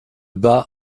bas